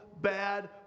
bad